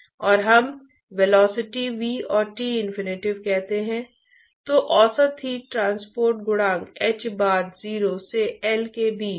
अब पहले हम यह मानेंगे कि हीट ट्रांसपोर्ट गुणांक वास्तव में इस वस्तु की सतह के